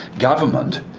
government,